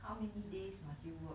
how many days must you work